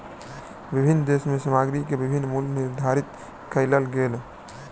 विभिन्न देश में सामग्री के विभिन्न मूल्य निर्धारित कएल गेल